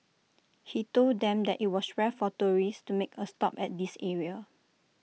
he told them that IT was rare for tourists to make A stop at this area